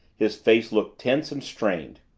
his face looked tense and strained.